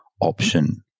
option